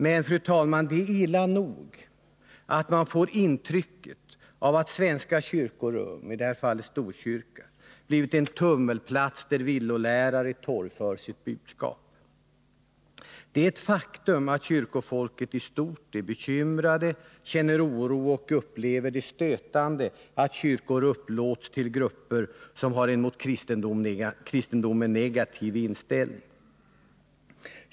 Men, fru talman, det är illa nog att man får intrycket att svenska kyrkorum, i det här fallet Storkyrkan, blivit en tummelplats där villolärare torgför sina budskap. Det är ett faktum att kyrkofolket i stort är bekymrade, känner oro och upplever det som stötande att kyrkor upplåts till grupper som har en mot kristendomen negativ inställning.